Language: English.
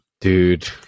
dude